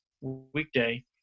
weekday